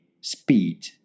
speed